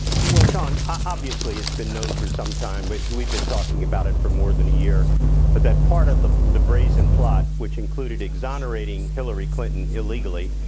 well shawn, obviously, it's been known for some time, but we've been talking about it for more than a year. but that part of the the brazen plot, which included exonerating hillary clinton illegally,